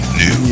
new